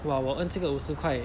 !wah! 我 earn 这个五十块